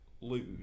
lose